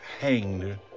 hanged